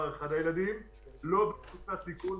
הילדים הם לא בקבוצת סיכון,